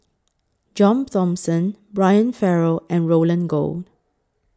John Thomson Brian Farrell and Roland Goh